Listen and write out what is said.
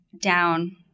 down